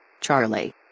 Charlie